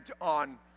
on